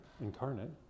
incarnate